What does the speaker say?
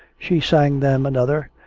she sang them another,